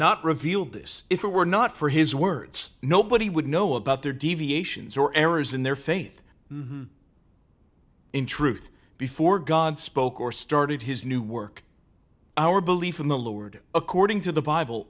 not revealed this if it were not for his words nobody would know about their deviations or errors in their faith in truth before god spoke or started his new work our belief in the lord according to the bible